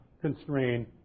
constrain